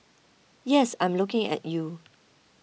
yes I'm looking at you